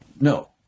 no